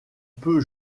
peu